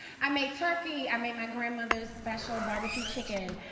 i made turkey. i made my grandmother's special barbecue chicken.